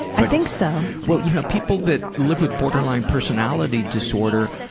i think so. well, you know people that live with borderline personality disorder,